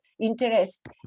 interest